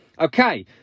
okay